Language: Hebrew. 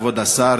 כבוד השר,